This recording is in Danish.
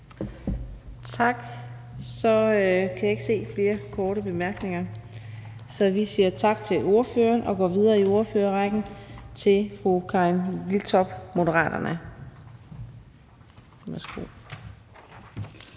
der er flere, der ønsker korte bemærkninger. Vi siger tak til ordføreren og går videre i ordførerrækken til fru Karin Liltorp, Moderaterne.